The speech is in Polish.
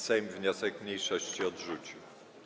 Sejm wniosek mniejszości odrzucił.